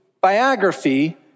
biography